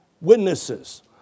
witnesses